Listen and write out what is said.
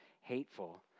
hateful